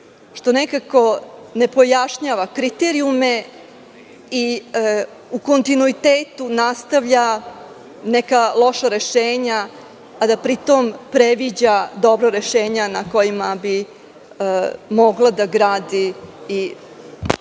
što nekako ne pojašnjava kriterijume i u kontinuitetu nastavlja neka loša rešenja, a da pri tom previđa dobra rešenja na kojima bi mogla da gradi i